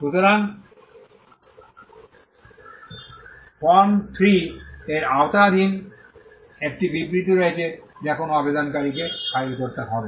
সুতরাং ফর্ম 3 এর আওতাধীনতার একটি বিবৃতি রয়েছে যা কোনও আবেদনকারীকে ফাইল করতে হবে